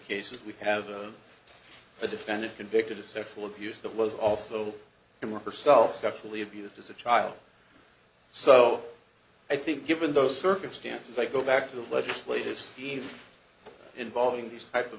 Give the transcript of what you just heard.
cases we have the defendant convicted of sexual abuse that was also him or herself sexually abused as a child so i think given those circumstances i go back to the legislative scheme involving these type of